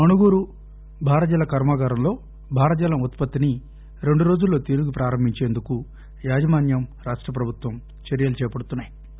మణుగూరు భారజల కర్మాగారంలో భారజలం ఉత్పత్తిని రెండు రోజుల్లో తిరిగి ప్రారంభించేందుకు యాజమాన్యం రాష్ట ప్రభుత్వం చర్యలు చేపడుతున్నా యి